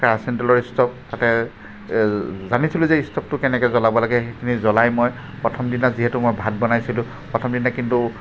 কেৰাচিন তেলৰ ষ্টভ তাতে জানিছিলোঁ যে ইষ্টভটো কেনেকৈ জ্বলাব লাগে সেইখিনি জ্বলাই মই প্ৰথমদিনা যিহেতু মই ভাত বনাইছিলোঁ প্ৰথমদিনা কিন্তু